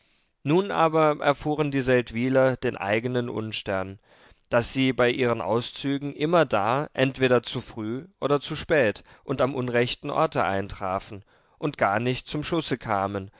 nun aber erfuhren die seldwyler den eigenen unstern daß sie bei ihren auszügen immerdar entweder zu früh oder zu spät und am unrechten orte eintrafen und gar nicht zum schusse kamen